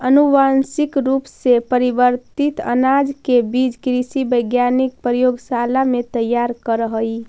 अनुवांशिक रूप से परिवर्तित अनाज के बीज कृषि वैज्ञानिक प्रयोगशाला में तैयार करऽ हई